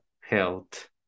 health